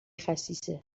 خسیسه